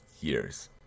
years